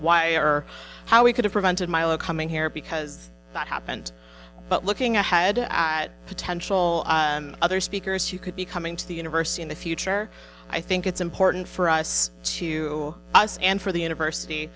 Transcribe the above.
why or how we could have prevented milo coming here because that happened but looking ahead at potential other speakers who could be coming to the university in the future i think it's important for us to us and for the university